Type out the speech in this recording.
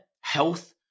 health